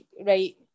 right